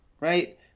right